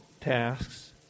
tasks